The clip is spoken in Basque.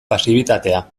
pasibitatea